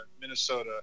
Minnesota